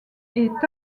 est